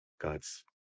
God's